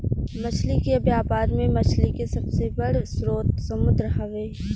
मछली के व्यापार में मछली के सबसे बड़ स्रोत समुंद्र हवे